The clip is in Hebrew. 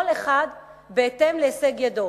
כל אחד בהתאם להישג ידו.